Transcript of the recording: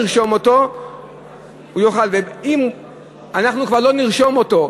אנחנו לא נרשום אותו.